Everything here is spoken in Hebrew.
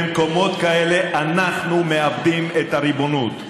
במקומות כאלה אנחנו מאבדים את הריבונות.